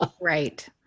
Right